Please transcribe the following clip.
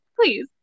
please